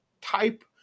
type